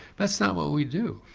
that's not what we do,